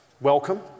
welcome